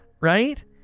Right